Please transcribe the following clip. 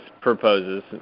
proposes